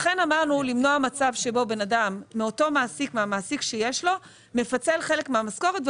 לכן אמרנו שצריך למנוע מצב שבו בן אדם מפצל חלק מהמשכורת שלו,